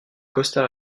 costa